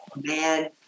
Man